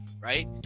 right